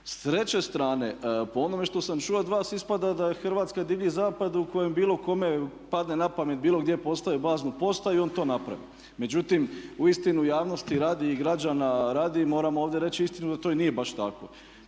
S treće strane, po onome što sam čuo od vas ispada da je Hrvatska divlji zapad u kojem bilo kome padne na pamet bilo gdje postavit baznu postaju on to napravi. Međutim, uistinu javnosti radi i građana radi moram ovdje reći istinu da to i nije baš tako.